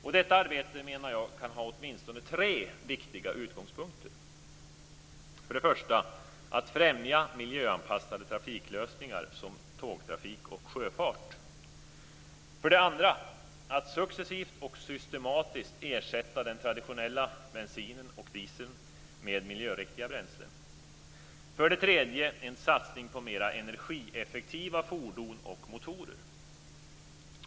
Jag menar att detta arbete kan ha åtminstone tre viktiga utgångspunkter: 1. att främja miljöanpassade trafiklösningar som tågtrafik och sjöfart, 2. att successivt och systematiskt ersätta den traditionella bensinen och dieseln med miljöriktiga bränslen och 3. att satsa på mera energieffektiva fordon och motorer.